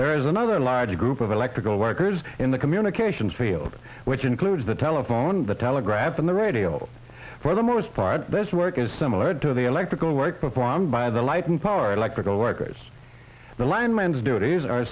there is another large group of electrical workers in the communications field which includes the telephone the telegraph and the radio for the most part this work is similar to the electrical work performed by the light and power electrical workers the land mines duties